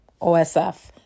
OSF